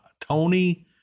Tony